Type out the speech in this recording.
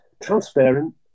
transparent